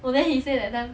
well then he say that dan